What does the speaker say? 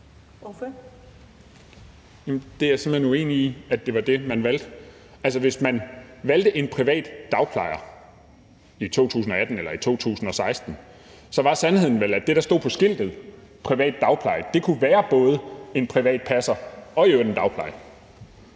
Jamen det er jeg simpelt hen uenig i – at det var det, man valgte. Altså, hvis man valgte en privat dagplejer i 2018 eller i 2016, var sandheden vel, at det, der stod på skiltet – privat dagplejer – kunne være både en privat passer og i øvrigt en